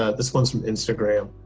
ah this one's from instagram.